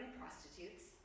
prostitutes